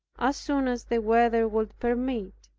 as soon as the weather would permit.